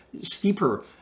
steeper